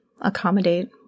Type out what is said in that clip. accommodate